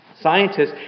Scientists